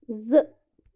زٕ